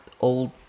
old